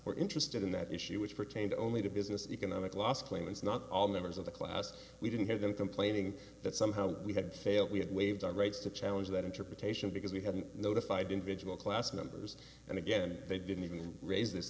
were interested in that issue which pertain to only the business economic loss claimants not all members of the class we didn't hear them complaining that somehow we had failed we had waived our rights to challenge that interpretation because we haven't notified individual class members and again they didn't even raise